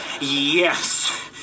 Yes